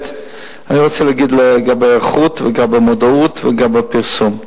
אני רוצה להגיד לגבי היערכות ולגבי מודעות ולגבי פרסום.